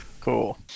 Cool